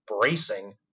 bracing